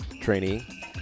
trainee